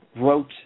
wrote